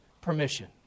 permission